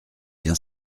bien